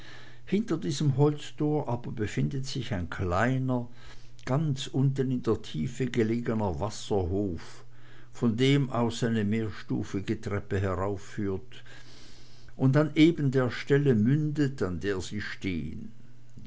hinter diesem tor aber befindet sich ein kleiner ganz unten in der tiefe gelegener wasserhof von dem aus eine mehrstufige treppe heraufführt und an eben der stelle mündet an der sie stehn